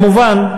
כמובן,